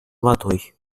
водой